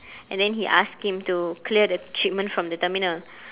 and then he asked him to clear the shipment from the terminal